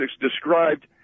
described